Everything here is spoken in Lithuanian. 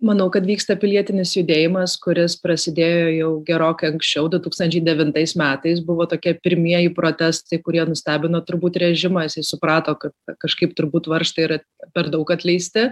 manau kad vyksta pilietinis judėjimas kuris prasidėjo jau gerokai anksčiau du tūkstančiai devintais metais buvo tokie pirmieji protestai kurie nustebino turbūt režimas jis suprato kad kažkaip turbūt varžtai yra per daug atleisti